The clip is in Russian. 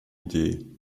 идеи